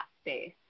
space